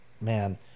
man